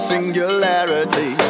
singularity